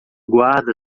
guarda